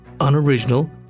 unoriginal